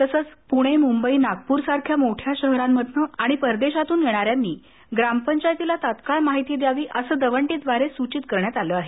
तसच पुणे मुंबई नागपूर सारख्या मोठ्या शहरातून आणि परदेशातून येणाऱ्यांनी ग्रामपंचायतीला तत्काळ माहिती द्यावी असं दवंडीद्वारे सूचित करण्यात आलं आहे